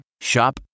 Shop